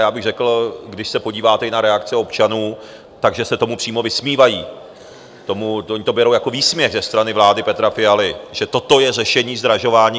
Já bych řekl, když se podíváte i na reakce občanů, tak že se tomu přímo vysmívají oni to berou jako výsměch ze strany vlády Petra Fialy, že toto je řešení zdražování.